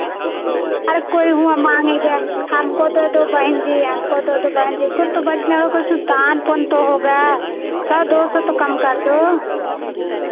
अरे कोई हुँआ मांगेगा हमको दे दो बहिन जी हमको दे दो बहन जी कुछ तो बचना हो कुछ दान पुण्य तो होगा सौ दो सौ तो कम कर दो